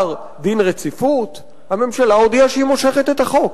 דין רציפות הממשלה הודיעה שהיא מושכת את החוק.